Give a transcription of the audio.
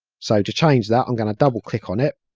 so to change that i'm going to double click on it